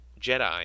Jedi